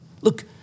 Look